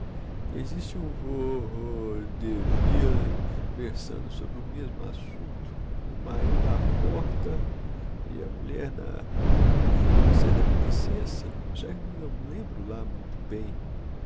existe um vô ô de ville versando sobre o mesmo assunto o marido á porta e a mulher na conceda me licença já me não lembro lá muito bem